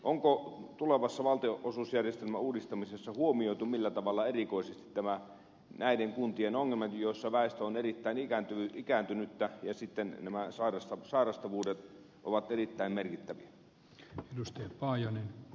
onko tulevassa valtionosuusjärjestelmän uudistamisessa huomioitu millään tavalla erikoisesti näiden kuntien ongelmat joissa väestö on erittäin ikääntynyttä ja sairastavuus ovat erittäin merkittävää